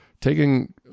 taking